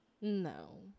No